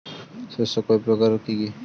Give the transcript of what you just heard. শস্য কয় প্রকার কি কি?